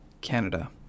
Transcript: Canada